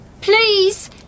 Please